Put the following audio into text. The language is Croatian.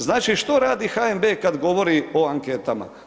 Znači što radi HNB kad govori o anketama?